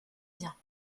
biens